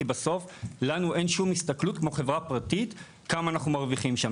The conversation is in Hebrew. כי בסוף לנו אין שום הסתכלות כמו חברה פרטית כמה אנחנו מרוויחים שם.